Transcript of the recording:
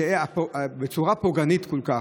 בצורה פוגענית כל כך.